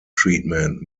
treatment